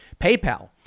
PayPal